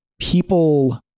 people